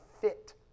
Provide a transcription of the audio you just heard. fit